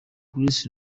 grace